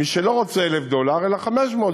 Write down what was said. מי שלא רוצה ב-1,000 דולר אלא ב-500,